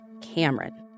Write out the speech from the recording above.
Cameron